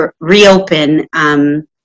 reopen